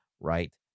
right